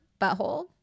butthole